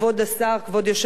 כבוד היושב-ראש,